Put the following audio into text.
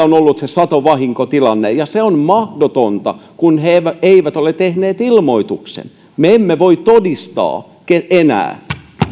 on ollut se satovahinkotilanne ja se on mahdotonta kun he eivät eivät ole tehneet ilmoitusta me emme voi todistaa sitä enää